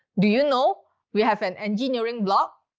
do you know we have an engineering blog?